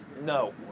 no